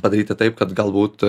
padaryti taip kad galbūt